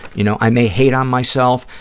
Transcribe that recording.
you know, i may hate on myself,